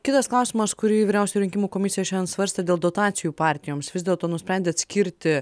kitas klausimas kurį vyriausioji rinkimų komisija šiandien svarstė dėl dotacijų partijoms vis dėlto nusprendėt skirti